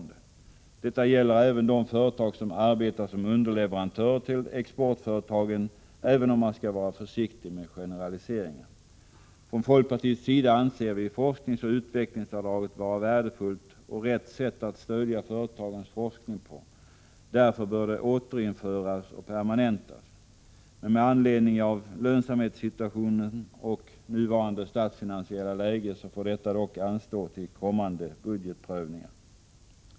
Detta gäller även de företag som arbetar som underleverantörer till exportföretagen, även om man skall vara försiktig med generaliseringar. Från folkpartiets sida anser vi forskningsoch utvecklingsavdraget vara värdefullt och rätt sätt för att stödja företagens forskning. Därför bör det återinföras och permanentas. Med anledning av lönsamhetssituationen och nuvarande statsfinansiella läge får detta dock anstå till kommande budgetprövningar.